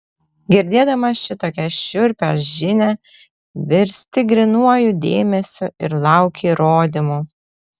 girdėdamas šitokią šiurpią žinią virsti grynuoju dėmesiu ir lauki įrodymų